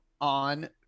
on